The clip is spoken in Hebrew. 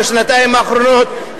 בשנתיים האחרונות,